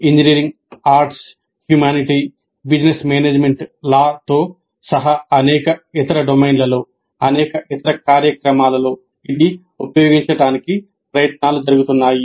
కానీ engineering arts humanity business management లాతో సహా అనేక ఇతర డొమైన్లలో అనేక ఇతర కార్యక్రమాలలో ఇది ఉపయోగించటానికి ప్రయత్నాలు జరుగుతున్నాయి